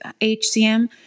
HCM